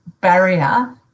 barrier